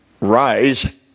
rise